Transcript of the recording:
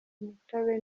imitobe